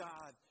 God